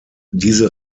diese